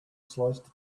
sliced